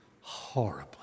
horribly